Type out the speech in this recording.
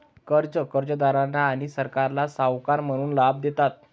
कर्जे कर्जदारांना आणि सरकारला सावकार म्हणून लाभ देतात